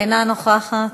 אינה נוכחת,